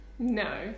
No